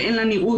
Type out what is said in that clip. ואין לה נראות,